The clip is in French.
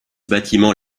bâtiments